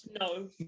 No